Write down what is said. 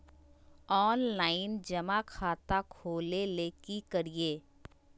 Offline जमा खाता खोले ले की करिए?